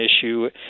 issue